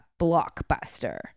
blockbuster